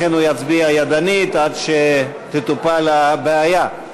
לכן הוא יצביע ידנית עד שתטופל הבעיה.